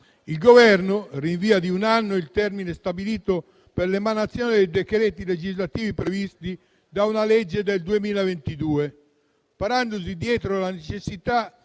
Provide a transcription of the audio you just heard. Il Governo rinvia di un anno il termine stabilito per l'emanazione dei decreti legislativi previsti da una legge del 2022, parandosi dietro la necessità